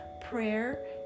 prayer